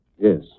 Yes